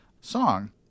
song